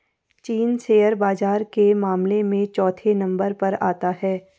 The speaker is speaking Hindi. चीन शेयर बाजार के मामले में चौथे नम्बर पर आता है